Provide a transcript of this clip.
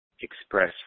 express